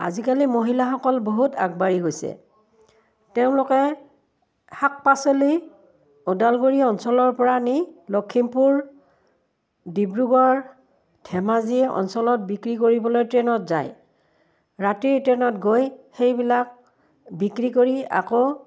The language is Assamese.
আজিকালি মহিলাসকল বহুত আগবাঢ়ি গৈছে তেওঁলোকে শাক পাচলি ওদালগুৰি অঞ্চলৰপৰা নি লখিমপুৰ ডিব্ৰুগড় ধেমাজি অঞ্চলত বিক্ৰী কৰিবলৈ ট্ৰেইনত যায় ৰাতিৰ ট্ৰেইনত গৈ সেইবিলাক বিক্ৰী কৰি আকৌ